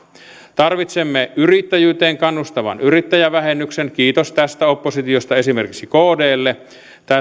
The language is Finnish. tarvitsemme yrittäjyyteen kannustavan yrittäjävähennyksen kiitos oppositiosta esimerkiksi kdlle